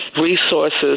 resources